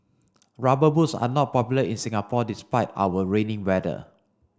rubber boots are not popular in Singapore despite our rainy weather